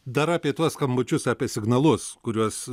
dar apie tuos skambučius apie signalus kuriuos